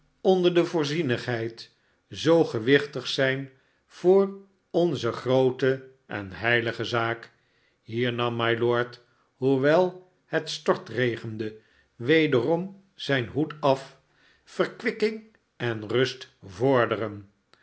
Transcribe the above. onder de voorzienigheid zoo gewichtig zijn voor onze groote en heilige zaak hier nam mylord hoewel het stortregende wederom zijn hoed af sverkwikking en rust vorderen